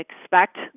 expect